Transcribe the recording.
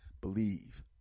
believe